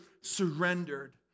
surrendered